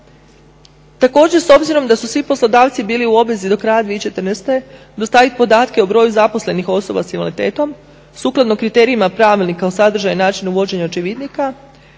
Također, s obzirom da su svi poslodavci bili u obvezi do kraja 2014. dostaviti podatke o broju zaposlenih osoba s invaliditetom sukladno kriterijima pravilnika o sadržaju i načinu vođenja očevidnika